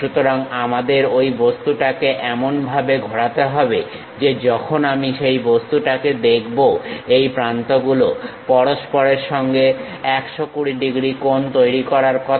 সুতরাং আমাদের ঐ বস্তুটাকে এমনভাবে ঘোরাতে হবে যে যখন আমি সেই বস্তুটাকে দেখব এই প্রান্তগুলো পরস্পরের সঙ্গে 120 ডিগ্রী কোণ তৈরি করার কথা